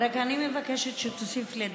אני רק מבקשת שתוסיף לי דקה,